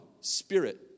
Spirit